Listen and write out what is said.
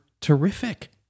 terrific